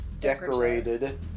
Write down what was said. decorated